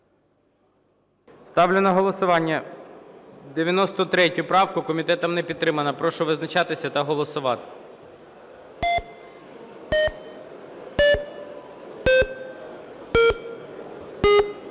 Ставлю на голосування 89 правку. Комітетом не підтримана. Прошу визначатися та голосувати.